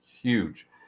huge